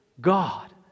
God